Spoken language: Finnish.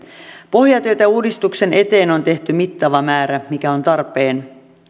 pohjatyötä uudistuksen eteen on tehty mittava määrä mikä on tarpeen